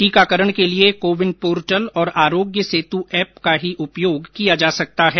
टीकाकरण के लिए कोविन पोर्टल और आरोग्य सेतु ऐप का ही प्रयोग किया जा सकता है